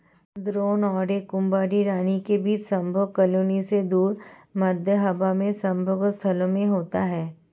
drone और एक कुंवारी रानी के बीच संभोग कॉलोनी से दूर, मध्य हवा में संभोग स्थलों में होता है